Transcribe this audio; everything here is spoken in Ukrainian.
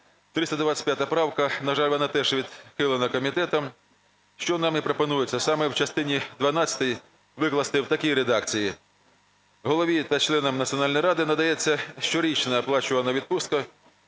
325 правка, на жаль, вона теж відхилена комітетом. Що нами пропонується, саме в частині дванадцятій викласти в такій редакції: "Голові та членам Національної ради надається щорічна оплачувана відпустка